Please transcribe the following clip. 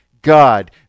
God